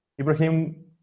ibrahim